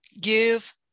give